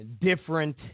different